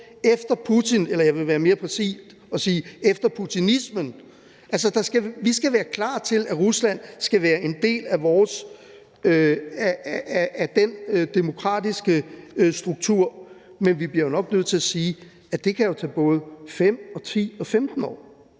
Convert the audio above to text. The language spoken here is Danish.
efter putinismen, vil jeg være mere præcis og sige. Altså, vi skal være klar til, at Rusland skal være en del af den demokratiske struktur, men vi bliver jo nok nødt til at sige, at det kan tage både 5, 10 og 15 år,